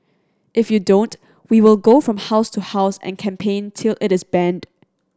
if you don't we will go from house to house and campaign till it is banned